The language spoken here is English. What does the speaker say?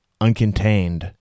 uncontained